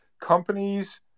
companies